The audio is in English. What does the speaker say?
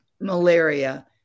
malaria